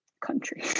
country